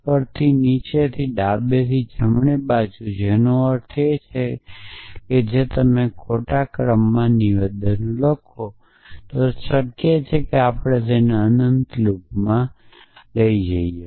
ઉપરથી નીચે અને ડાબેથી જમણે જેનો અર્થ એ છે કે જો તમે ખોટા ક્રમમાં નિવેદનો લખો તો શક્ય છે કે આપણે તેને અનંત લૂપમાં મેળવી શકીએ